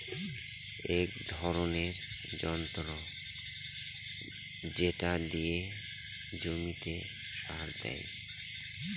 এক ধরনের যন্ত্র যেটা দিয়ে জমিতে সার দেয়